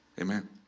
Amen